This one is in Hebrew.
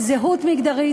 זהות מגדרית,